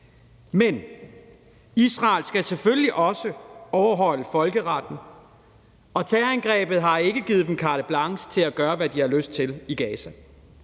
Men Israel skal selvfølgelig også overholde folkeretten, og terrorangrebet har ikke givet dem carte blanche til at gøre, hvad de har lyst til i Gaza.